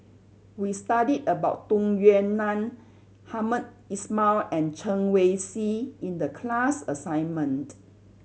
we studied about Tung Yue Nang Hamed Ismail and Chen Wen Hsi in the class assignment